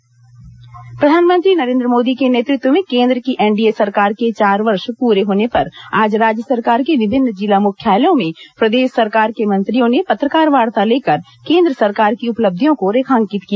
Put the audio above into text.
प्रेमप्रकाश पांडेय प्रेसवार्ता प्रधानमंत्री नरेन्द्र मोदी के नेतृत्व में केंद्र की एनडीए सरकार के चार वर्ष पूरे होने पर आज राज्य के विभिन्न जिला मुख्यालयों में प्रदेश सरकार के मंत्रियों ने पत्रकारवार्ता लेकर केंद्र सरकार की उपलब्धियों को रेखांकित किया